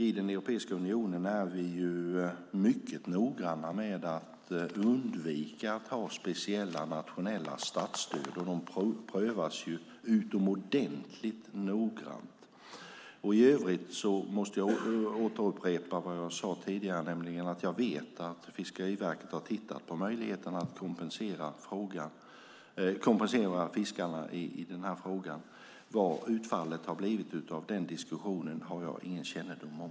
I Europeiska unionen är vi mycket noga med att undvika att ha speciella, nationella statsstöd. De prövas utomordentligt noggrant. I övrigt måste jag upprepa vad jag sade tidigare, nämligen att jag vet att Fiskeriverket har tittat på möjligheten att kompensera fiskarna i den här frågan. Vad utfallet av den diskussionen har blivit har jag ingen kännedom om.